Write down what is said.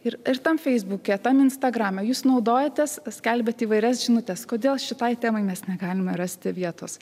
ir tam feisbuke tam instagrame jūs naudojatės skelbiate įvairias žinutes kodėl šitai temai mes negalime rasti vietos